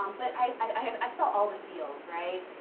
um but i felt all the feels, right?